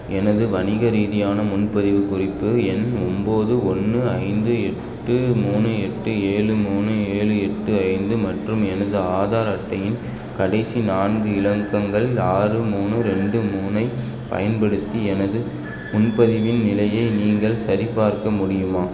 எனது வணிக ரீதியான முன்பதிவுக் குறிப்பு எண் ஒம்பது ஒன்று ஐந்து எட்டு மூணு எட்டு ஏழு மூணு ஏழு எட்டு ஐந்து மற்றும் எனது ஆதார் அட்டையின் கடைசி நான்கு இலக்கங்கள் ஆறு மூணு ரெண்டு மூணை பயன்படுத்தி எனது முன்பதிவின் நிலையை நீங்கள் சரிபார்க்க முடியுமா